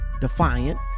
defiant